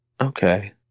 Okay